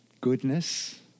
goodness